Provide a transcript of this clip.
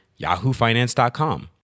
yahoofinance.com